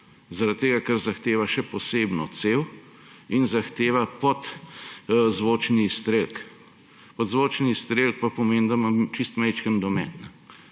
orožju, ker zahteva še posebno cev in zahteva podzvočni izstrelek. Podzvočni izstrelek pa pomeni, da ima čisto majčken domet.